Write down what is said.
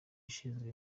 ushinzwe